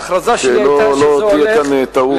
שלא תהיה כאן טעות.